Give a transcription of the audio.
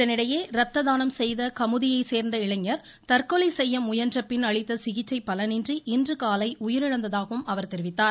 இதனிடையே ரத்த தானம் செய்த கமுதியைச் சேர்ந்த இளைஞர் தற்கொலை செய்ய முயன்ற பின் அளித்த சிகிச்சை பலனின்றி இன்றுகாலை உயிரிழந்ததாகவும் அவர் தெரிவித்தார்